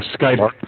Skype